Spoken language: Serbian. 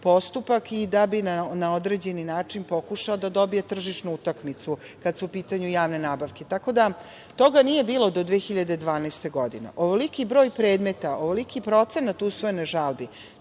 i da bi na određeni način pokušali da dobije tržišnu utakmicu, kad su u pitanju javne nabavke. Toga nije bilo do 2012. godine. Ovoliko broj predmeta, ovoliki procenat usvojenih žalbi,